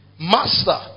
master